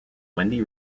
wendy